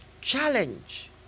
challenge